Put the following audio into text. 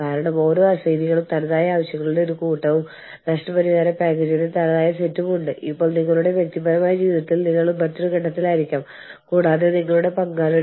കൂടുതൽ ജനസാന്ദ്രതയുള്ള പ്രദേശങ്ങൾ കൂടുതൽ ജനസംഖ്യയുള്ള രാജ്യങ്ങൾ കൂടുതൽ ജനസംഖ്യയുള്ള പ്രദേശങ്ങൾ ഇവിടെയെല്ലാം പരിസ്ഥിതി ആരോഗ്യം എന്നതിന് കൂടുതൽ കർശനമായ നിയന്ത്രണങ്ങൾ ഉണ്ടായിരിക്കും അല്ലെങ്കിൽ ഉണ്ടായിരിക്കണം